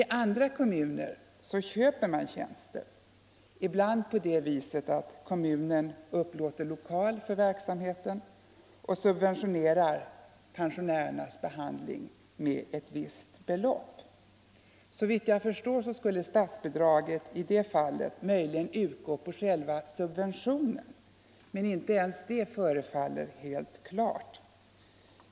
I andra kommuner köper man däremot tjänster, ibland på det sättet att kommunen upplåter lokal för verksamheten och subventionerar pensionärernas behandling med ett visst belopp. Såvitt jag förstår skulle statsbidraget i det fallet möjligen utgå på själva subventionen, men inte ens det förefaller helt klart.